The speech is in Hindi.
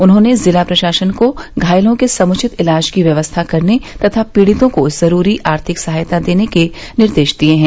उन्होंने जिला प्रशासन को घायलों के समुचित इलाज की व्यवस्था करने तथा पीड़ितों को जरूरी आर्थिक सहायता देने का निर्देश दिया है